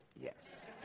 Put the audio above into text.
yes